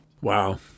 Wow